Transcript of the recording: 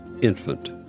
Infant